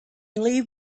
leave